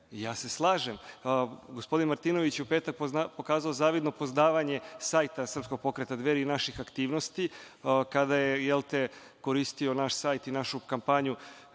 Slažem se. Gospodin Martinović je u petak pokazao zavidno poznavanje sajta Srpskog pokreta Dveri i naših aktivnosti kada je koristio naš sajt i našu kampanju